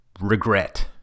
regret